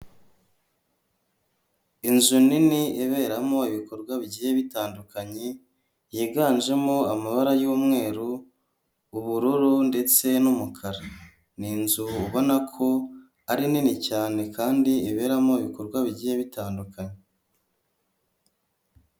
Inzu nini iberamo ibikorwa bigiye bitandukanye yiganjemo amabara y'umweru ubururu ndetse n'umukara, ni inzu ubona ko ari nini cyane kandi iberamo ibikorwa bigiye bitandukanyekana.